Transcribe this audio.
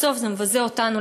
בסוף זה מבזה אותנו.